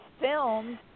filmed